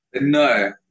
No